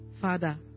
Father